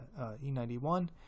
E91